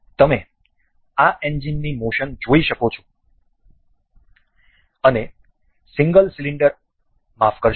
તમે આ એન્જિનની મોશન જોઈ શકો છો અને સિંગલ સિલિન્ડર માફ કરશો